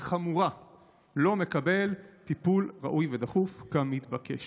חמורה לא מקבל טיפול ראוי ודחוף כמתבקש?